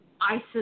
Isis